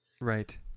right